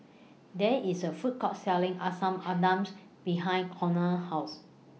There IS A Food Court Selling Asam Pedas behind Conard's House